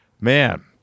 Man